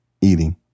eating